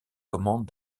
commandes